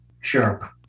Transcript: sharp